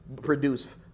produce